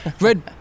Red